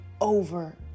over